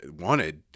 wanted